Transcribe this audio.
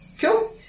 Cool